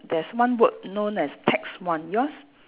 there's one word known as tax one yours